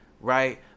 right